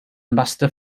ambassador